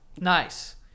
Nice